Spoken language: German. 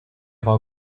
war